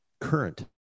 current